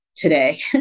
today